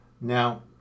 Now